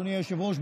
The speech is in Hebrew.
אדוני היושב-ראש,